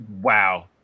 Wow